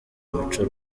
umuco